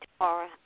tomorrow